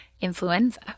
Influenza